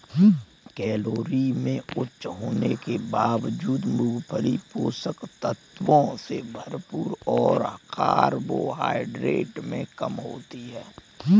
calorie में उच्च होने के बावजूद, मूंगफली पोषक तत्वों से भरपूर और कार्बोहाइड्रेट में कम होती है